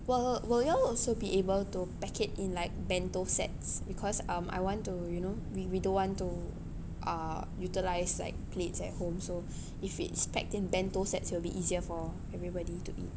will will y'all also be able to pack it in like bento sets because um I want to you know we we don't want to uh utilise like plates at home so if it's packed in bento sets will be easier for everybody to eat